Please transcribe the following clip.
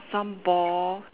some ball